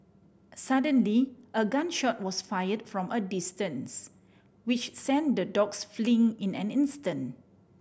suddenly a gun shot was fired from a distance which sent the dogs fleeing in an instant